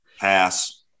Pass